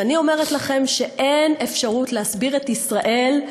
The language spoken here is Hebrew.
ואני אומרת לכם שאין אפשרות להסביר את ישראל.